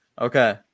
Okay